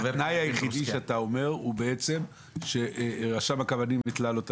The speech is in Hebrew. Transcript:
התנאי היחיד שאתה אומר הוא שרשם הקבלנים התלה לו את